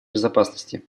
безопасности